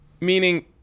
meaning